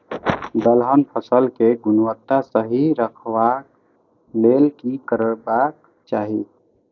दलहन फसल केय गुणवत्ता सही रखवाक लेल की करबाक चाहि?